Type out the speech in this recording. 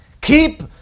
Keep